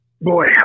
boy